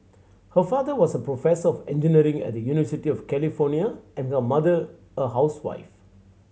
her father was a professor of engineering at the University of California and her mother a housewife